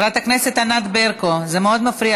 חברת הכנסת ענת ברקו, זה מאוד מפריע.